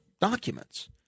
documents